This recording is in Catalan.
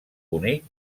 bonic